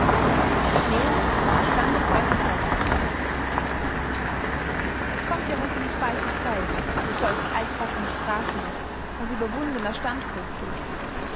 mehr dem verstande folgen solle es kommt ja hoffentlich bald die zeit wo solch altbacknes phrasenwerk als überwundener standpunkt gilt